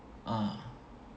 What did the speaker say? ah